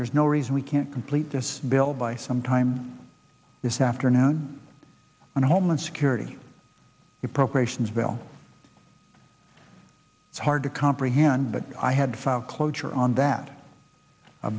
there is no reason we can't complete this bill by sometime this afternoon on homeland security appropriations bill it's hard to comprehend but i had thought cloture on that a